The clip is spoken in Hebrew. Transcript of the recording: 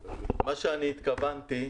מה שהתכוונתי,